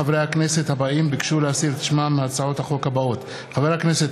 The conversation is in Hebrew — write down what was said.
חברי הכנסת שלהלן ביקשו להסיר את שמם מהצעות החוק האלה: חבר הכנסת